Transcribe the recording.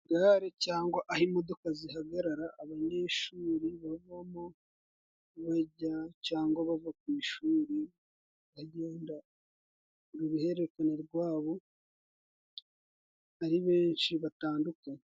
Gare cyangwa aho imodoka zihagarara, abanyeshuri bavamo bajya cyangwa bava ku ishuri. Bagenda uruhererekane rwabo ari benshi batandukanye.